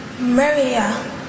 Maria